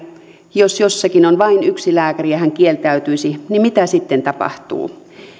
jos jossakin on vain yksi lääkäri ja hän kieltäytyisi niin mitä sitten tapahtuu